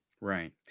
right